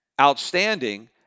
outstanding